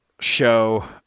show